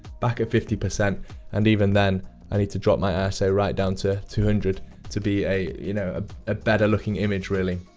back at fifty, and even then i need to drop my iso right down to two hundred to be a you know ah ah better looking image really.